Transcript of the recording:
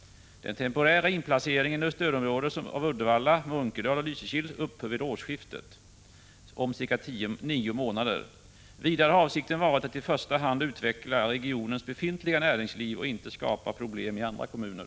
Den temporära inplaceringen i stödområde av Uddevalla, Munkedal och Lysekil upphör vid årsskiftet, om cirka nio månader. Vidare har avsikten varit att i första hand utveckla regionens befintliga näringsliv och inte att skapa problem i andra kommuner.